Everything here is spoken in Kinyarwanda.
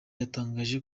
yatangaje